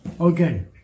Okay